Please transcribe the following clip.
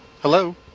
Hello